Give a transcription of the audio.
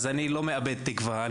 אני לא מאבד תקווה,